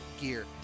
gear